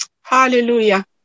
hallelujah